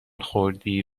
خوردی